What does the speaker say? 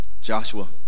Joshua